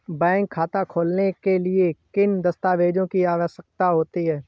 Bank खाता खोलने के लिए किन दस्तावेजों की आवश्यकता होती है?